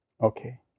Okay